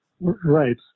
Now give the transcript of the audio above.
Right